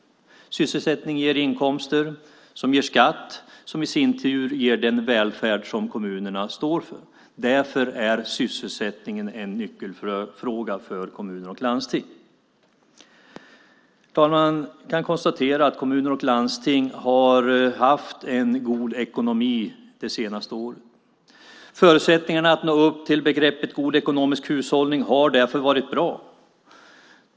Sysselsättning ger inkomster som ger skatt, som i sin tur ger den välfärd som kommunerna står för. Därför är sysselsättningen en nyckelfråga för kommuner och landsting. Herr talman! Vi kan konstatera att kommuner och landsting har haft en god ekonomi det senaste året. Förutsättningarna för att nå upp till begreppet "god ekonomisk hushållning" har därför varit bra.